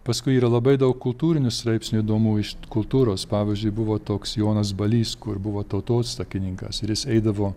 paskui yra labai daug kultūrinių straipsnių įdomu išt kultūros pavyzdžiui buvo toks jonas balys kur buvo tautosakininkas ir jis eidavo